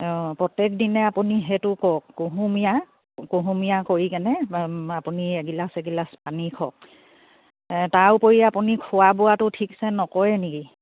অঁ প্ৰত্যেক দিনে আপুনি সেইটো কৰক কুহুমীয়া কুহুমীয়া কৰি কেনে আপুনি এগিলাচ এগিলাছ পানী খাওক তাৰ উপৰি আপুনি খোৱা বোৱাটো ঠিকছে নকৰে নেকি